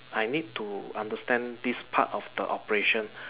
I need to understand this part of the operation